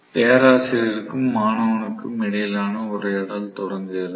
பேராசிரியருக்கும் மாணவனுக்கும் இடையிலான உரையாடல் தொடங்குகிறது